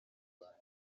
rwanda